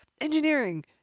engineering